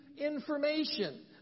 Information